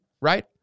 right